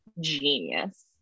genius